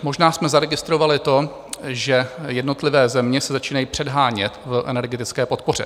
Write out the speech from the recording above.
Možná jsme zaregistrovali to, že jednotlivé země se začínají předhánět v energetické podpoře.